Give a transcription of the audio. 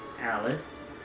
Alice